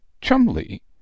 Chumley